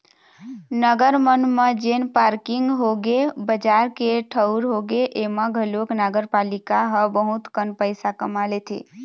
नगर मन म जेन पारकिंग होगे, बजार के ठऊर होगे, ऐमा घलोक नगरपालिका ह बहुत कन पइसा कमा लेथे